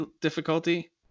difficulty